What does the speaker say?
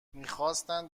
میخواستند